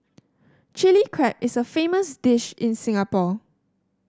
Chilli Crab is a famous dish in Singapore